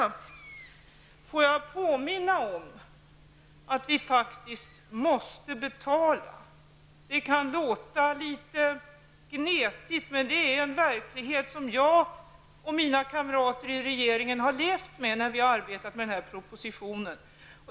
Men får jag påminna om att vi faktiskt måste betala för det som görs. Det kan låta litet gnetigt, men det är den verklighet som jag och mina kamrater i regeringen har levt med när vi har arbetat med denna proposition.